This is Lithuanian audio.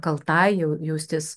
kaltai jau jaustis